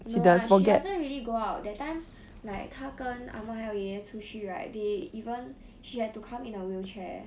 no lah she doesn't really go out that time like 她跟阿嬷还有爷爷出去 right they even she had to come in a wheelchair